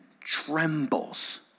trembles